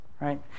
right